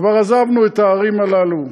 כבר עזבנו את הערים האלה,